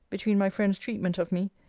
between my friends treatment of me,